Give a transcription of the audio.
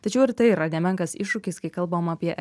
tačiau ir tai yra nemenkas iššūkis kai kalbam apie